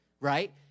right